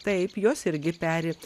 taip jos irgi peri